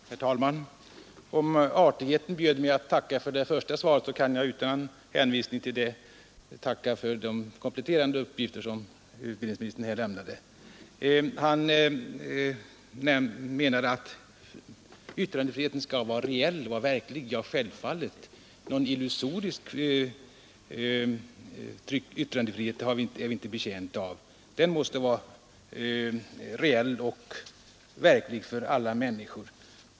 Herr talman! Om artigheten bjöd mig att tacka för det första svaret kan jag utan en sådan motivering tacka för de kompletterande uppgifter som utbildningsministern här har lämnat. Han menade att yttrandefriheten skall vara reell och verklig. Ja, självfallet. Någon illusorisk yttrandefrihet är vi inte betjänta av. Den måste vara reell och verklig för alla människor.